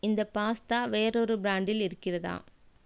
இந்த பாஸ்தா வேறொரு பிராண்டில் இருக்கிறதா